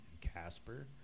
Casper